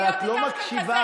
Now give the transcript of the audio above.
שום דבר של יש עתיד.